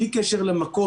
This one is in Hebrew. בלי קשר למקום,